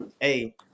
Hey